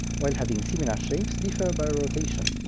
while having similar shapes, differ by a rotation.